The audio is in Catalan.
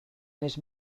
més